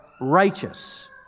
righteous